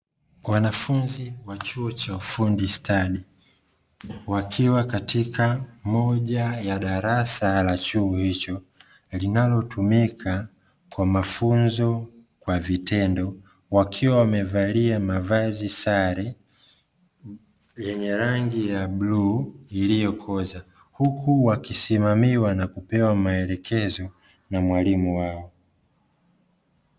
Wanafunzi wa chuo cha ufundi stadi, wakiwa katika moja ya darasa la chuo hicho, linalotumika kwa mafunzo kwa vitendo, wakiwa wamevalia mavazi sare yenye rangi ya bluu iliyokoza, huku wakisimamiwa na kupewa maelekezo na mwalimu wao.